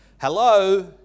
Hello